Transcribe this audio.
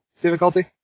difficulty